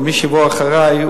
ומי שיבוא אחרי,